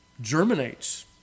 germinates